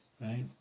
right